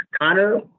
Connor